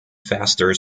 faster